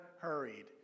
hurried